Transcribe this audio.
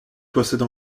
possède